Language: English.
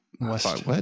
West